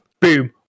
Boom